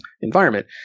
environment